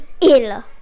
ill